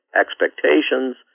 expectations